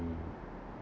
be